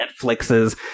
Netflixes